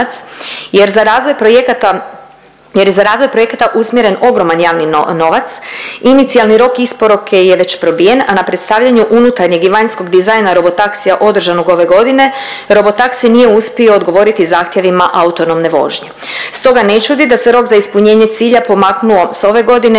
je za razvoj projekata usmjeren ogroman javni novac, inicijalni rok isporuke je već probijen, a na predstavljanju unutarnjeg i vanjskog dizajna robotaksija održanog ove godine robotaksi nije uspio odgovoriti zahtjevima autonomne vožnje. Stoga ne čudi da se rok za ispunjenje cilja pomaknuo s ove godine